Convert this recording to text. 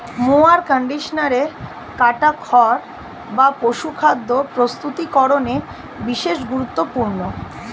mower কন্ডিশনারে কাটা খড় বা পশুখাদ্য প্রস্তুতিকরনে বিশেষ গুরুত্বপূর্ণ